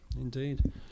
indeed